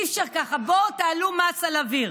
אי-אפשר ככה, בואו, תעלו מס על אוויר.